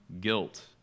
guilt